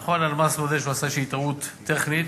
נכון, הלמ"ס עשה איזושהי טעות טכנית,